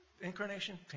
incarnation